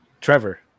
Trevor